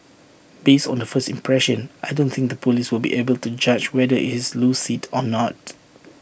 based on the first impression I don't think the Police will be able to judge whether he's lucid or not